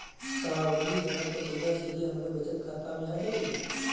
सावधि जमा क पैसा सीधे हमरे बचत खाता मे आ जाई?